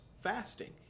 fasting